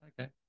Okay